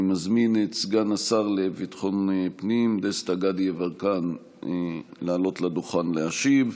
אני מזמין את סגן השר לביטחון הפנים דסטה גדי יברקן לעלות לדוכן להשיב,